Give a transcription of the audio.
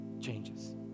changes